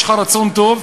יש לך רצון טוב,